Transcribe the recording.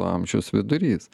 amžiaus vidurys